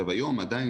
היום עדיין,